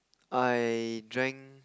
I drank